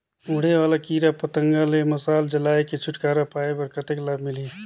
उड़े वाला कीरा पतंगा ले मशाल जलाय के छुटकारा पाय बर कतेक लाभ मिलही?